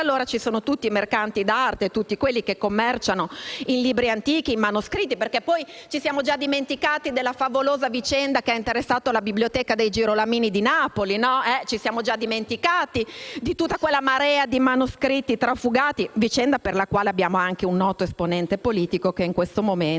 controlli su tutti i mercanti d'arte e tutti quelli che commerciano i libri antichi e manoscritti. Ci siamo già dimenticati, infatti, della favolosa vicenda che ha interessato la Biblioteca dei Girolamini di Napoli. Ci siamo già dimenticati di tutta quella marea di manoscritti trafugati, vicenda per la quale abbiamo anche un noto esponente politico che in questo momento